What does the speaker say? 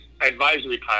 advisory